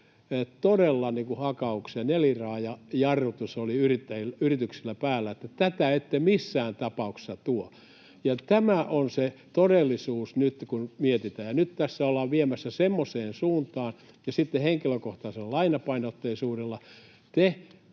todella hakaukseen, neliraajajarrutus oli yrityksillä päällä, että tätä ette missään tapauksessa tuo. Tämä on se todellisuus nyt. Nyt tässä ollaan viemässä semmoiseen suuntaan ja sitten henkilökohtaisella lainapainotteisuudella.